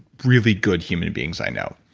really good human beings i know.